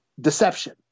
deception